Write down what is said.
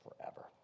forever